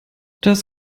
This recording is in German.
das